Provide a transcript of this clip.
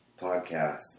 podcast